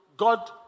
God